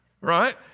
right